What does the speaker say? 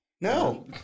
no